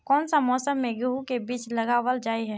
कोन सा मौसम में गेंहू के बीज लगावल जाय है